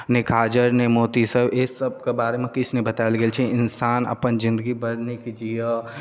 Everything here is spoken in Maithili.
नहि काजर नहि मोती सभ अछि सभके बारे मे किछु नहि बतायल गेल छै इन्सान अपन जिन्दगी बड़ नीक जियऽ